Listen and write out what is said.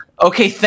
Okay